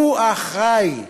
הוא האחראי,